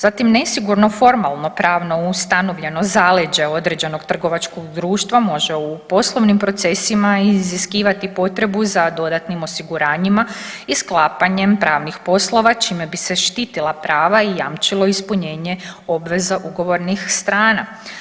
Zatim nesigurno formalno pravno ustanovljeno zaleđe određenog trgovačkog društva može u poslovnim procesima iziskivati potrebu za dodatnim osiguranjima i sklapanjem pravnih poslova čime bi se štitila prava i jamčilo ispunjenje obveza ugovornih strana.